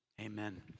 amen